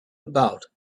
about